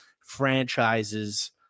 franchises